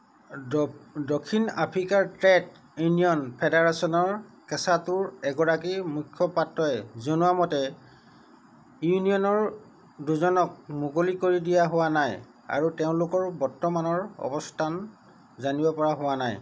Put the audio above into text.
দ দক্ষিণ আফ্ৰিকাৰ trade union federation কেছাটুৰ এগৰাকী মুখপাত্ৰই জনোৱা মতে ইউনিয়নৰ দুজনক মুকলি কৰি দিয়া হোৱা নাই আৰু তেওঁলোকৰ বৰ্তমানৰ অৱস্থান জানিব পৰা হোৱা নাই